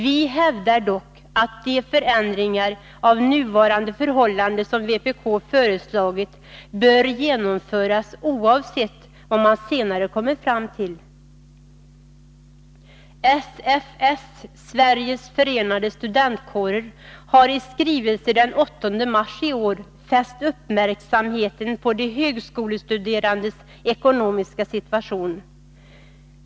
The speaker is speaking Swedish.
Vi hävdar dock att de förändringar av nuvarande förhållanden som vpk föreslagit bör genomföras, oavsett vad man senare kommer fram till. SFS, Sveriges förenade studentkårer, har i en skrivelse den 8 mars i år fäst uppmärksamheten på de högskolestuderandes ekonomiska situation.